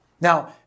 Now